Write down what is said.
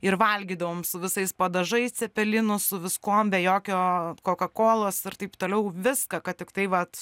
ir valgydavom su visais padažais cepelinus su viskuom be jokio kokakolos ir taip toliau viską kad tik tai vat